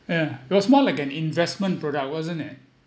yeah it was more like an investment product wasn't it